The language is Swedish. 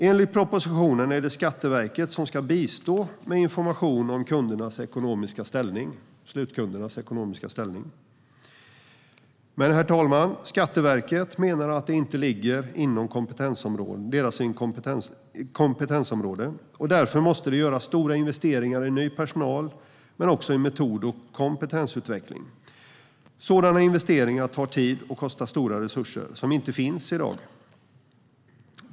Enligt propositionen är det Skatteverket som ska bistå med information om slutkundernas ekonomiska ställning. Men, herr talman, Skatteverket menar att detta inte ligger inom deras kompetensområde och att det därför måste göras stora investeringar i ny personal men också i metod och kompetensutveckling. Sådana investeringar tar tid och kostar stora resurser, som inte finns i dag.